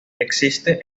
existe